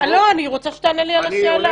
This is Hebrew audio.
אני רוצה שתענה לי על השאלה.